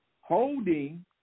Holding